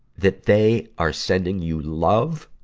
that they are sending you love,